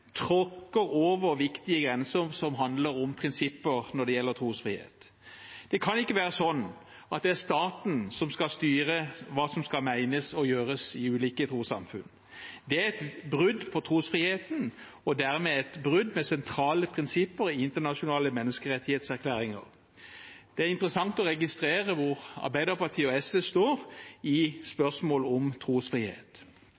tråkker over viktige grenser som handler om prinsipper når det gjelder trosfrihet. Det kan ikke være sånn at det er staten som skal styre hva som skal menes og gjøres i ulike trossamfunn. Det er et brudd på trosfriheten, og dermed et brudd med sentrale prinsipper i internasjonale menneskerettighetserklæringer. Det er interessant å registrere hvor Arbeiderpartiet og SV står i